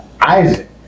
Isaac